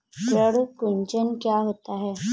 पर्ण कुंचन क्या होता है?